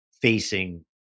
facing